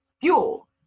fuel